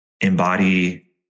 embody